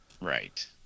Right